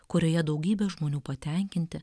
kurioje daugybė žmonių patenkinti